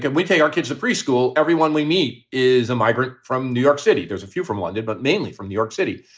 and we take our kids to preschool. everyone we meet is a migrant from new york city. there's a few from london, but mainly from new york city.